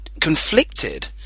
conflicted